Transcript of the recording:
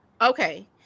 okay